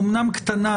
אמנם קטנה,